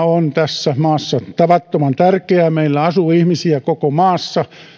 on tässä maassa tavattoman tärkeää meillä asuu ihmisiä koko maassa